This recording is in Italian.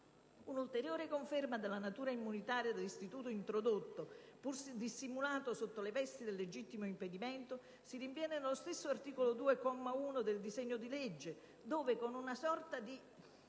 Un'ulteriore conferma della natura immunitaria dell'istituto introdotto (pur dissimulato sotto le vesti del legittimo impedimento) si rinviene peraltro nello stesso articolo 2, comma 1, del disegno di legge ove, con una sorta di